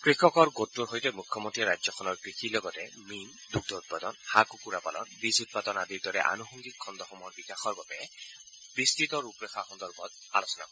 কৃষকৰ গোটটোৰ সৈতে মুখ্যমন্ত্ৰীয়ে ৰাজ্যখনৰ কৃষিৰ লগতে মীন দুগ্ধ উৎপাদন হাঁহ কুকুৰা পালন বীজ উৎপাদন আদিৰ দৰে আনুষংগিক খণ্ডসমূহৰ বিকাশৰ বাবে বিস্তৃত ৰূপৰেখা সন্দৰ্ভত আলোচনা কৰে